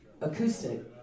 acoustic